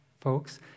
folks